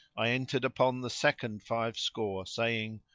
i entered upon the second five score saying,